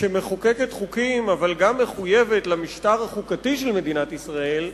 שמחוקקת חוקים אבל גם מחויבת למשטר החוקתי של מדינת ישראל,